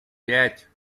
пять